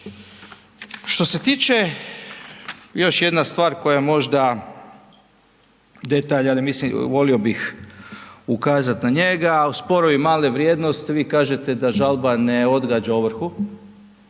Što se tiče, još jedna stvar koja je možda detalj, ali mislim, volio bih ukazat na njega, sporovi male vrijednost, vi kažete da žalba ne odgađa ovrhu,